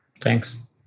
Thanks